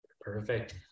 Perfect